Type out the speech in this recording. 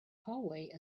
hallway